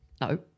No